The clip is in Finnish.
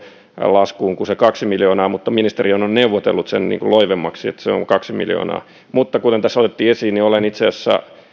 laskuun kuin on se kaksi miljoonaa mutta ministeriöhän on neuvotellut sen loivemmaksi niin että se on kaksi miljoonaa mutta kuten tässä otettiin esiin niin olen itse asiassa